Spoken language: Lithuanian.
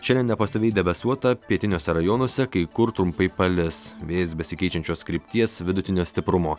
šiandien nepastoviai debesuota pietiniuose rajonuose kai kur trumpai palis vėjas besikeičiančios krypties vidutinio stiprumo